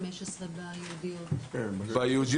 לכל הרשויות שיכולות להיות חלק מהתוכנית.